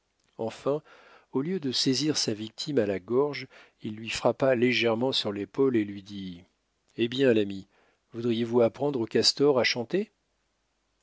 enfin au lieu de saisir sa victime à la gorge il lui frappa légèrement sur l'épaule et lui dit eh bien l'ami voudriez-vous apprendre aux castors à chanter